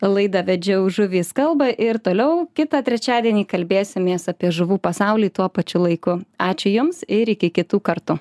laidą vedžiau žuvys kalba ir toliau kitą trečiadienį kalbėsimės apie žuvų pasaulį tuo pačiu laiku ačiū jums ir iki kitų kartų